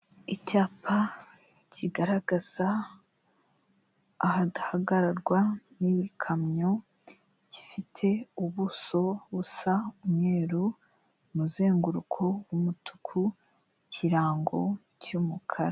Icyapa kigaragaza ahadahagararwa n'ibikamyo, gifite ubuso busa umweru, umuzenguruko w'umutuku, ikirango cy'umukara.